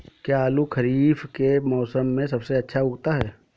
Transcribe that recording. क्या आलू खरीफ के मौसम में सबसे अच्छा उगता है?